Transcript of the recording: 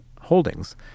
holdings